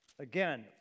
Again